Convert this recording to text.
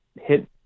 hit